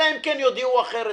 אלא אם כן הם יודיעו אחרת.